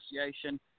Association